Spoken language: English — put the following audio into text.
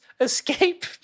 escape